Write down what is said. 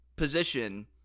position